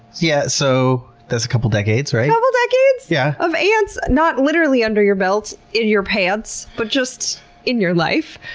yeah. so that's a couple of decades, right? a couple decades, yeah of ants not literally under your belt, in your pants, but just in your life.